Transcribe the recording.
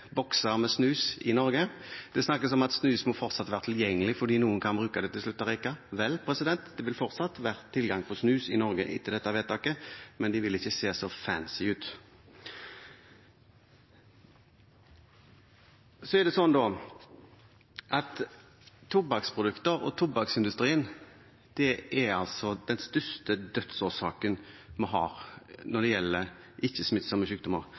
snakkes om at snus fortsatt må være tilgjengelig fordi noen kan bruke det til å slutte å røyke. Vel, det vil fortsatt være tilgang på snus i Norge etter dette vedtaket, men det vil ikke se så fancy ut. Så er det sånn at tobakksprodukter og tobakksindustrien er den største dødsårsaken vi har når